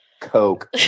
Coke